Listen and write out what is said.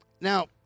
Now